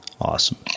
Awesome